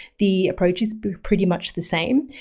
the approach is pretty much the same,